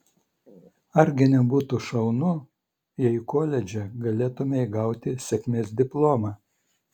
argi nebūtų šaunu jei koledže galėtumei gauti sėkmės diplomą